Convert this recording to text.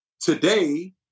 today